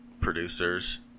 producers